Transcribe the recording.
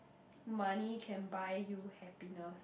money can buy you happiness